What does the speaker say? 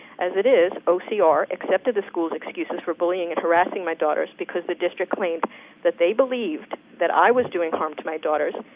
as it is, ocr accepted the school's excuses for bullying and harassing my daughters, because the district claimed that they believed that i was doing harm to my daughters,